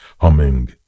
humming